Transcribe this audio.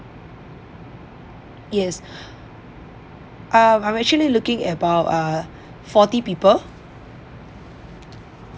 yes um I'm actually looking about uh forty people